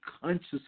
conscious